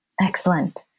Excellent